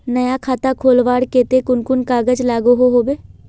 नया खाता खोलवार केते कुन कुन कागज लागोहो होबे?